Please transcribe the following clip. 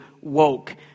woke